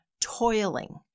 toiling